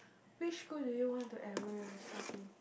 which school do you want to enrol your child in